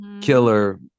killer